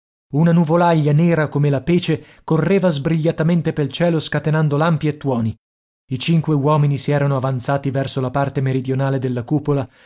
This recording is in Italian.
una nuvolaglia nera come la pece correva sbrigliatamente pel cielo scatenando lampi e tuoni i cinque uomini si erano avanzati verso la parte meridionale della cupola